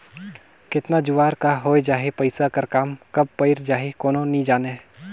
केतना जुवार का होए जाही, पइसा कर काम कब पइर जाही, कोनो नी जानें